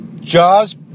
Jaws